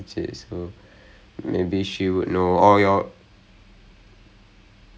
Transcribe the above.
uh okay okay so அதான்:athaan so அவன் வந்து:avan vanthu this this year's his final year